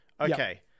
Okay